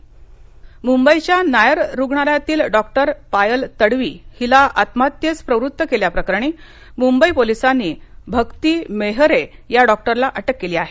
doctor आत्महत्या मुंबईच्या नायर रुग्णालयातील डॉक्टर पायल तडवी हिला आत्महत्येस प्रवृत्त केल्या प्रकरणी मुंबई पोलिसांनी भक्ती मेहरे या डॉक्टरला अटक केली आहे